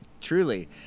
Truly